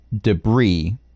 debris